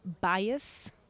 bias